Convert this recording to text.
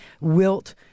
wilt